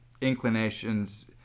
inclinations